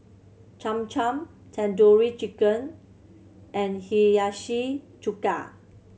Cham Cham Tandoori Chicken and Hiyashi Chuka